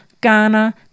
Ghana